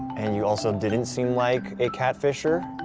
and you also didn't seem like a catfisher.